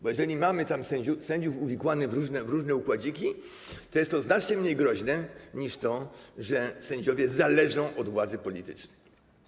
Bo jeżeli mamy tam sędziów uwikłanych w różne układziki, to jest to znacznie mniej groźne, niż to, że sędziowie zależą od władzy politycznej.